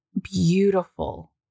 beautiful